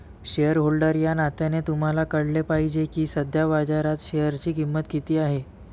shareholder या नात्याने तुम्हाला कळले पाहिजे की सध्या बाजारात शेअरची किंमत किती आहे